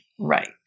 Right